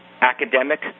academic